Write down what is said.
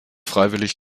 freiwillig